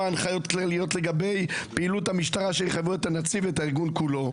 הנחיות כלליות לגבי פעילות המשטרה שיחייבו את הנציב ואת הארגון כולו.